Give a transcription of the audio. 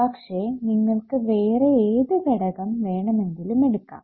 പക്ഷെ നിങ്ങൾക്ക് വേറെ ഏതു ഘടകം വേണമെങ്കിലും എടുക്കാം